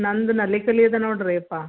ನಂದು ನಲಿ ಕಲಿ ಇದಾ ನೋಡ್ರಿಯಪ್ಪ